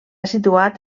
situat